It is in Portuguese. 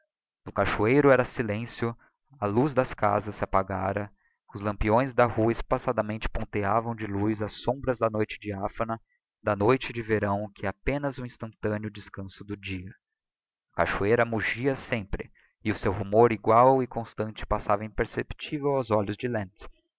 no cachoeiro era silencio a luz das casas se apagara os lampeões da rua espaçadamente ponteavam de luz as sombras da noite diaphana da noite de verão que é apenas um instantâneo descanço do dia a cachoeira mugia sempre e o seu rumor egual e constante passava imperceptível aos ouvidos de lentz